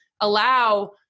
allow